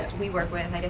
we work with